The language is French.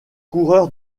coureur